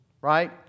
Right